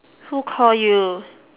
who call you